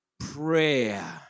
Prayer